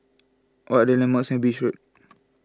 what are the landmarks near Beach Road